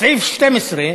סעיף 12,